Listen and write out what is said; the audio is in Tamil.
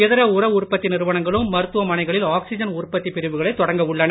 இதர உர உற்பத்தி நிறுவனங்களும் மருத்துவ மனைகளில் ஆக்சிஜன் உற்பத்தி பிரிவுகளை தொடக்க உள்ளன